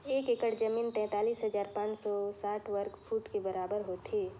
एक एकड़ जमीन तैंतालीस हजार पांच सौ साठ वर्ग फुट के बराबर होथे